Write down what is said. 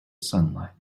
sunlight